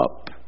up